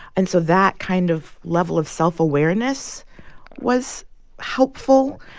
and so that kind of level of self-awareness was helpful.